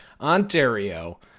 Ontario